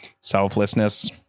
Selflessness